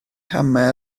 camau